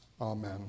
Amen